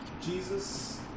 Jesus